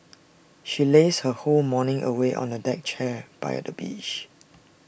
she lazed her whole morning away on A deck chair by the beach